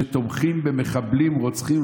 שתומכים במחבלים רוצחים,